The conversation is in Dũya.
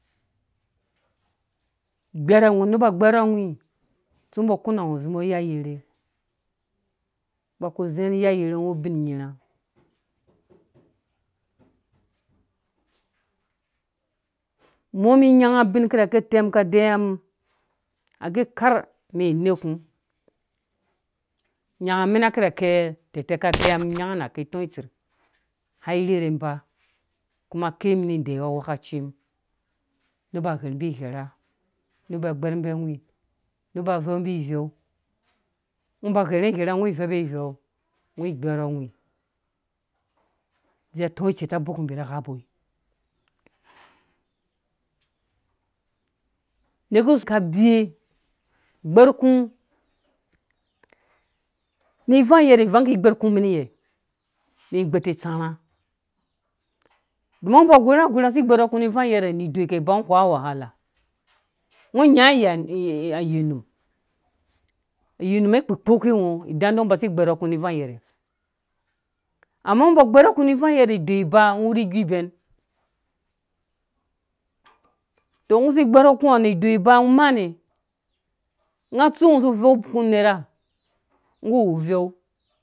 Gbɛrawli ne ba gbɛrɔwhi tsu mbɔ kuna ngɔ zĩ mbɔ ni iya yrhe ba kũzĩ mbɔ ni iya yerhe ngɔ wwu ubin nyirhã mum inyanga abin karakɛ utɛ mum ka deyiwa num agɛ mi neku nyanga mɛna kirakɛ tɛtɛ ka deyiwa nyanga nekɛ totser har rhirɛ miiba kuma ke mini deɔyiwe angwhɛ̃kaci mum neba ghɛrumbi ghɛrha neba gbɛvmbi awhĩ neba vɛumbi vɛu ngɔ ba ghɛrumgɔ igherha ngɔ vɛupo iuɛe ngɔ gbɛrɔ awhĩ dze atɔtser ta bɔk mbi na hga uboi ka bewe gbɛr ku ni ivang gbɛr ni tsãrhã ngɔ ba gora gora si gbɛrɔũ ni ivang gɛrɛ ni idoi kaiba ngɔ whoa wahala ngɔ nga ayɛrnum ayɛnum akpikpoke ngɔ idan dei nɔ basi gbɛrɔkũni vang gɛha amma ngɔ ba gbɛrɔkũ ni vang yɛrɛidoi ba ngɔ maakena nga tsu ngɔ zu vɛukũ nerha ngɔwu vɛu.